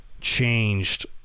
changed